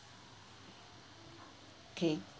K